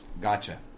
Gotcha